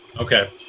Okay